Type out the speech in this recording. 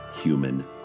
human